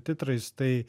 titrais tai